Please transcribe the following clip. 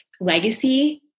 legacy